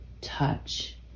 touch